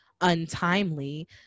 untimely